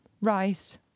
rice